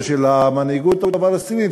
או של המנהיגות הפלסטינית,